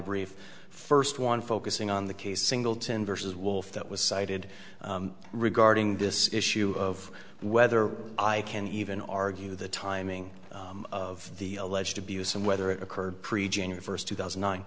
brief first one focusing on the case singleton versus wolf that was cited regarding this issue of whether i can even argue the timing of the alleged abuse and whether it occurred prejean or first two thousand